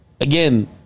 again